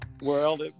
world